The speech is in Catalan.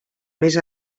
més